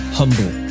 humble